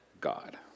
God